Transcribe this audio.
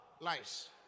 lives